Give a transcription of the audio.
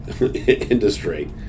industry